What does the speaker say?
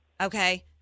okay